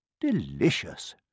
Delicious